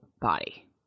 body